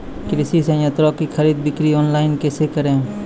कृषि संयंत्रों की खरीद बिक्री ऑनलाइन कैसे करे?